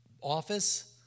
office